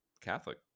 Catholic